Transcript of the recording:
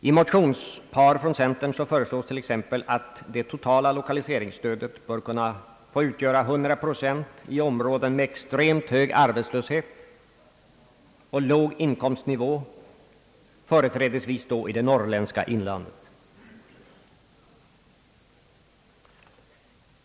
I motionspar från centerpartiet föreslås t.ex. att det totala lokaliseringsstödet bör kunna få utgöra 100 procent i områden med extremt hög arbetslöshet och låg inkomstnivå, företrädesvis då i det norrländska inlandet.